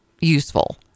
useful